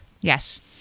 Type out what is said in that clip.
Yes